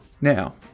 Now